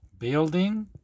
building 。